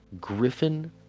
Griffin